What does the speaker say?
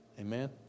Amen